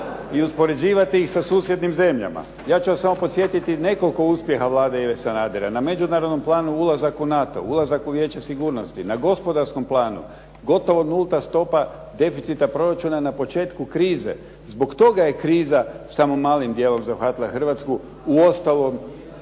i uspoređivati ih sa susjednim zemljama. Ja ću vas samo podsjetiti nekoliko uspjeha Vlade Ive Sanadera. Na međunarodnom planu ulazak u NATO, ulazak u Vijeće sigurnosti, na gospodarskom planu, gotovo nulta stopa deficita proračuna na početku krize. Zbog toga je kriza samo malim dijelom zahvatila Hrvatsku, uostalom